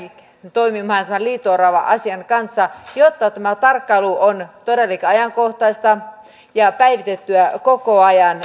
toimimaan tämän liito orava asian kanssa jotta tämä tarkkailu missä niitä on on todellakin ajankohtaista ja päivitettyä koko ajan